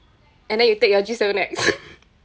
and then you take your G seven X